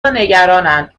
نگرانند